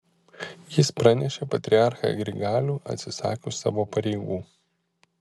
jis pranešė patriarchą grigalių atsisakius savo pareigų